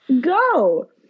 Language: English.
go